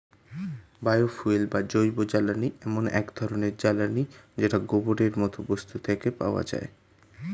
bio fuel বা জৈবজ্বালানী এমন এক ধরণের জ্বালানী যেটা গোবরের মতো বস্তু থেকে পাওয়া যায়